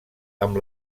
amb